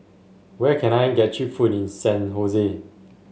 where can I get cheap food in San Jose